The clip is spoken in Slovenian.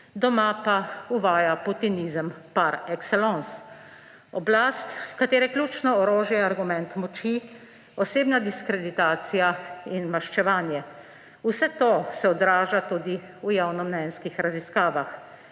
doma pa uvaja putinizem par excellence. Oblasti, katere ključno orožje so argument moči, osebna diskreditacija in maščevanje. Vse to se odraža tudi v javnomnenjskih raziskavah.